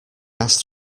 asked